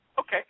Okay